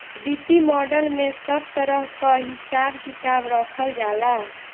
वित्तीय मॉडल में सब तरह कअ हिसाब किताब रखल जाला